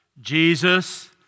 Jesus